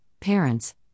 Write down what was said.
parents